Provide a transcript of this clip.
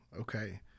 Okay